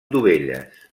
dovelles